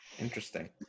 interesting